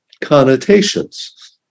connotations